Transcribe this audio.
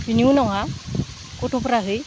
बिनि उनावहा गथ'फ्रा